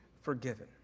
forgiven